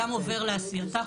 גם עובר לעשייתה,